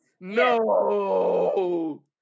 No